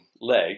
leg